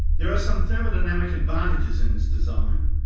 there are some thermodynamic advantages in this design,